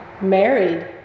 married